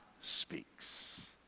speaks